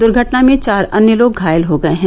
दुर्घटना में चार अन्य लोग घायल हो गये हैं